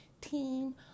team